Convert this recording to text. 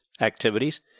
activities